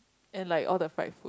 and like all the fried food